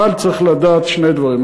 אבל צריך לדעת שני דברים.